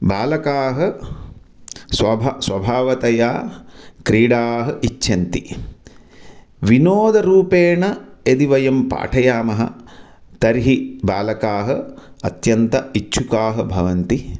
बालकाः स्वभा स्वभावतया क्रीडाः इच्छन्ति विनोदरूपेण यदि वयं पाठयामः तर्हि बालकाः अत्यन्त इच्छुकाः भवन्ति